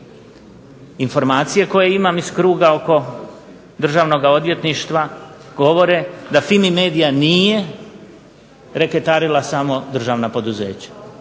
Informacije koje imam iz kruga oko Državnoga odvjetništva govore da FIMI MEDIA nije reketarila samo državna poduzeća